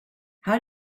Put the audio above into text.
how